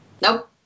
Nope